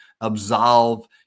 absolve